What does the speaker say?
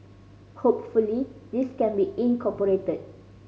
hopefully this can be incorporated